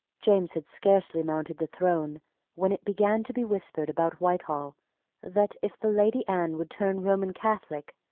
james had scarcely mounted the throne when it began to be whispered about whitehall that, if the lady anne would turn roman catholic,